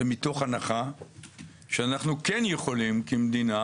זה מתוך הנחה שאנחנו כן יכולים כמדינה